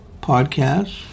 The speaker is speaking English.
podcasts